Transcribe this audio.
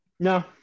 No